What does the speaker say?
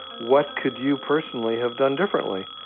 what could you personally have done differently?